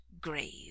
grave